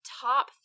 top